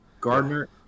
Gardner